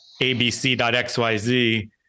abc.xyz